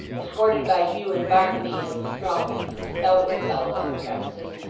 escorted by hugh and barnaby, as the strongest and stoutest fellows on the premises,